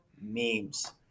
Memes